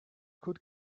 could